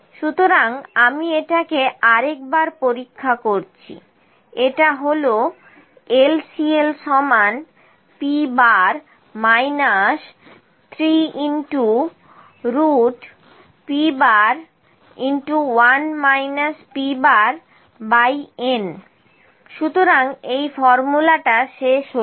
সুতরাং আমি এটাকে আরেকবার পরীক্ষা করছি এটা হল LCL p 3p n সুতরাং এই ফর্মুলাটা শেষ হয়েছে